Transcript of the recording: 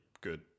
good